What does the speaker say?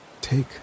take